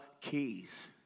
keys